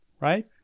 right